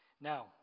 Now